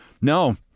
No